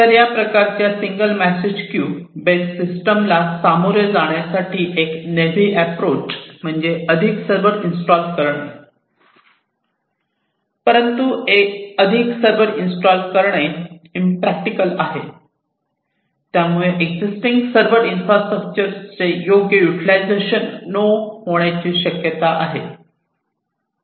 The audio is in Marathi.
तर या प्रकारच्या सिंगल मेसेज क्यू बेस्ड सिस्टमला सामोरे जाण्यासाठी एक नैवे अॅप्रोच म्हणजे अधिक सर्व्हर इंस्टॉल करणे परंतु अधिक सर्व्हर इंस्टॉल करणे इम्प्रॅक्टिकल आहे आणि यामुळे एक्सिस्टिंग सर्व्हर इन्फ्रास्ट्रक्चर चा योग्य यूटिलिझशन न होण्याची शक्यता देखील आहे